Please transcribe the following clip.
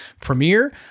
premiere